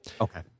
Okay